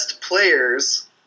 player's